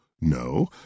No